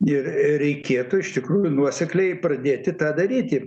ir reikėtų iš tikrųjų nuosekliai pradėti tą daryti